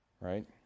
right